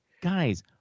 guys